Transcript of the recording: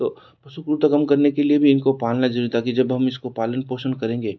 तो पशु क्रूरता काम करने के लिए भी इनको पालन ज़रूरी है ताकि जब हम इसको पालन पोषण करेंगे